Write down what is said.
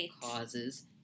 causes